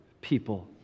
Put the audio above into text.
people